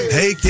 Hey